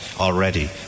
already